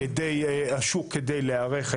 על ידי השוק כדי להיערך,